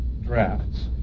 drafts